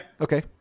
Okay